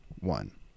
one